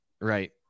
right